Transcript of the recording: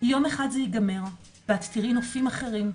יום אחד זה ייגמר ואת תראי נופים אחרים,